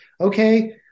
okay